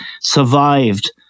survived